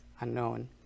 unknown